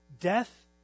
Death